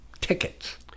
tickets